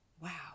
Wow